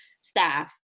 staff